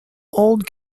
old